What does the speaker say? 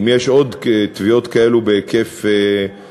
אם יש עוד תביעות כאלו בהיקף גדול,